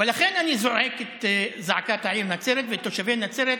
אני זועק את זעקת העיר נצרת ותושבי נצרת